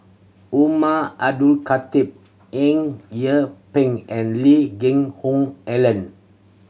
Umar Abdullah Khatib Eng Yee Peng and Lee Geck Hoon Ellen